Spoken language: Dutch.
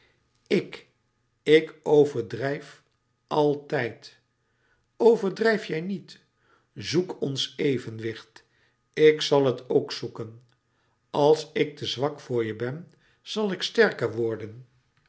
ik ik overdrijf al altijd overdrijf jij niet zoek ons evenwicht ik zal het ook zoeken als ik te zwak voor je ben zal ik sterker worden